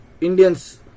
Indians